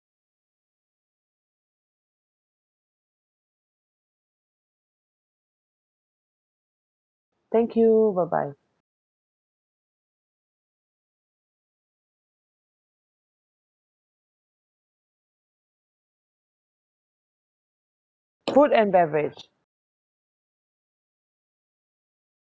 thank you bye bye food and beverage